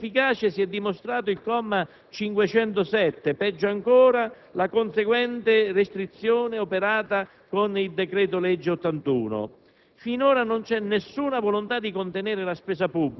dimostrano tutto il loro limite: inefficace si è dimostrato il comma 507, peggio ancora la conseguente restrizione operata con il decreto-legge n.